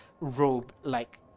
robe-like